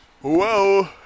Whoa